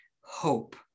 hope